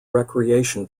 recreation